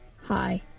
Hi